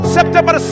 September